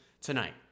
tonight